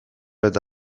eta